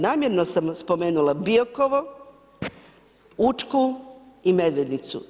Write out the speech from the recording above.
Namjerno sam spomenula Biokovo, Učku i Medvednicu.